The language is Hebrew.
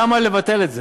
למה לבטל את זה?